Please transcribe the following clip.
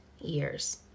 years